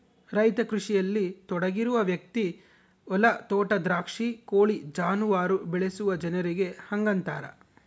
ರೈತ ಕೃಷಿಯಲ್ಲಿ ತೊಡಗಿರುವ ವ್ಯಕ್ತಿ ಹೊಲ ತೋಟ ದ್ರಾಕ್ಷಿ ಕೋಳಿ ಜಾನುವಾರು ಬೆಳೆಸುವ ಜನರಿಗೆ ಹಂಗಂತಾರ